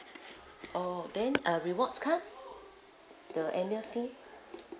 oh then uh rewards card the annual fee